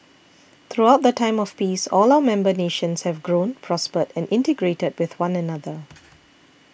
throughout the time of peace all our member nations have grown prospered and integrated with one another